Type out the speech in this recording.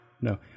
No